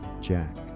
Jack